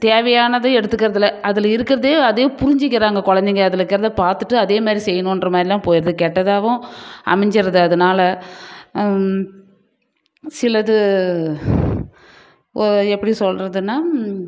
தேவையானதை எடுத்துக்கறது இல்லை அதில் இருக்கறதே அதையே புரிஞ்சுக்கிறாங்க குழந்தைங்க அதில் இருக்கறதை பார்த்துட்டு அதே மாதிரி செய்யணுகின்ற மாதிரிலாம் போயிடுது கெட்டதாகவும் அமைஞ்சுருது அதனால் சிலது ஒ எப்படி சொல்கிறதுன்னா